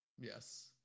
yes